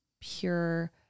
pure